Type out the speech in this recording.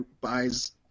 buys